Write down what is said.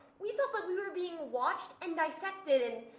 we felt like we were being watched and dissected.